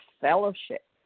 fellowship